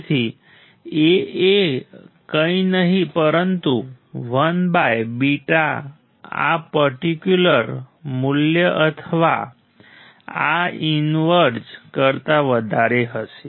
તેથી A એ કંઈ નહીં પરંતુ 1β આ પર્ટિક્યુલર મૂલ્ય અથવા આ ઈન્વર્જ કરતાં વધારે હશે